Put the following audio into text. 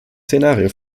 szenario